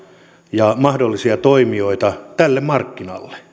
ja mahdollisia toimijoita tälle markkinalle